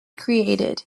created